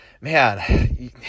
man